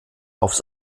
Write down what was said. aufs